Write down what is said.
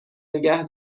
نگه